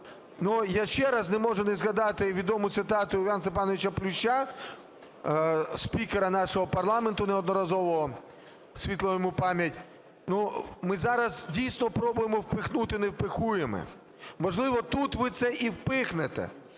я ще раз не можу не згадати відому цитату Івана Степановича Плюща, спікера нашого парламенту неодноразового, світла йому пам'ять. Ну, ми зараз, дійсно, пробуємо "впихнути невпихуєме". Можливо, тут ви це і впихнете,